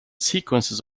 sequences